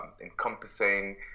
encompassing